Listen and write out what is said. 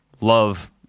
Love